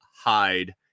hide